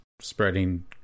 spreading